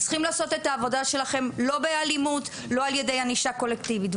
ולעשות את העבודה לא באלימות ולא על ידי ענישה קולקטיבית.